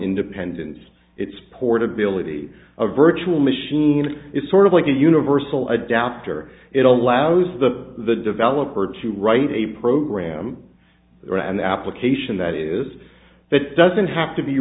independence its portability of virtual machine is sort of like a universal adapter it allows the the developer to write a program or an application that is that doesn't have to be